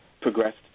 progressed